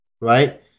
Right